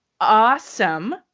awesome